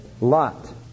Lot